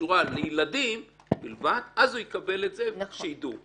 שקשורה לילדים בלבד, אז הוא יקבל, כדי שידעו.